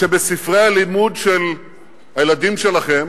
כשבספרי הלימוד של הילדים שלכם